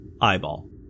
eyeball